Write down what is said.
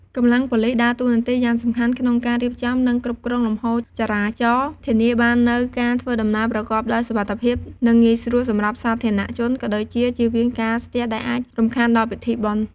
កម្លាំងប៉ូលិសដើរតួនាទីយ៉ាងសំខាន់ក្នុងការរៀបចំ និងគ្រប់គ្រងលំហូរចរាចរណ៍ ធានាបាននូវការធ្វើដំណើរប្រកបដោយសុវត្ថិភាព និងងាយស្រួលសម្រាប់សាធារណជន ក៏ដូចជាជៀសវាងការស្ទះដែលអាចរំខានដល់ពិធីបុណ្យ។